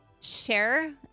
share